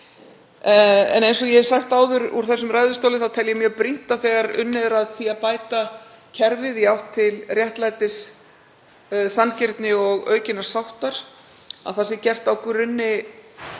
En eins og ég hef sagt áður úr þessum ræðustóli tel ég mjög brýnt að þegar unnið er að því að bæta kerfið í átt til réttlætis, sanngirni og aukinnar sáttar sé það gert á grunni